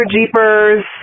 Jeepers